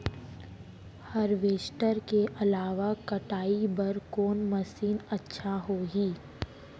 Harvester के अलावा कटाई बर कोन मशीन अच्छा होही?